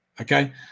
Okay